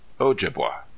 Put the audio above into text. Ojibwa